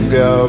go